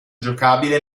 giocabile